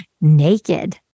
naked